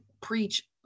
preach